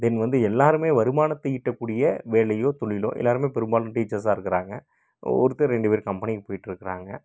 தென் வந்து எல்லோருமே வருமானத்தை ஈட்டக் கூடிய வேலையோ தொழிலோ எல்லோருமே பெரும்பாலும் டீச்சர்ஸாக இருக்கறாங்க ஒருத்தர் ரெண்டு பேர் கம்பெனிக்கு போயிகிட்ருக்குறாங்க